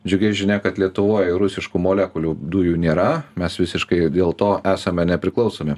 džiugi žinia kad lietuvoj rusiškų molekulių dujų nėra mes visiškai dėl to esame nepriklausomi